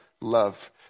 love